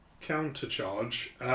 countercharge